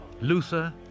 Luther